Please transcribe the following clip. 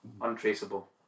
Untraceable